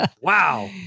wow